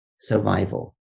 survival